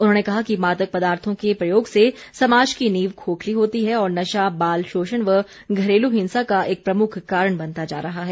उन्होंने कहा कि मादक पदार्थों के प्रयोग से समाज की नींव खोखली होती है और नशा बाल शोषण व घरेलू हिंसा का एक प्रमुख कारण बनता जा रहा है